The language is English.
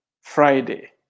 Friday